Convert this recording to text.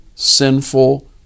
sinful